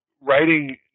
writing